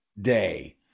Day